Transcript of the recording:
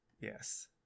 Yes